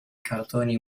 cartoni